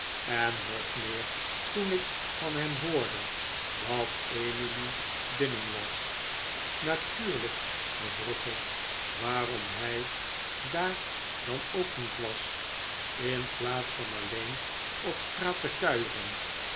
en nog meer toen ik van hem hoorde dat emily binnen was natuurlijk vroeg ik waarom hij daar dan ook niet was in plaats van alleen op straat te kuieren